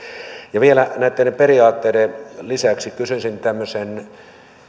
vielä näitten periaatteiden lisäksi kysyisin tämmöisen